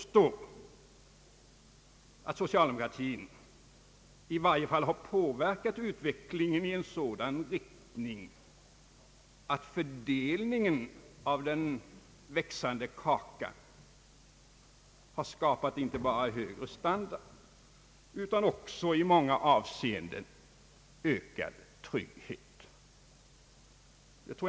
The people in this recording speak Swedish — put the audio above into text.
Socialdemokratin har i varje fall påverkat utvecklingen i sådan riktning att fördelningen av den växande kakan skapat inte bara högre standard utan också i många avseenden ökad trygghet.